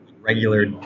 regular